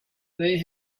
they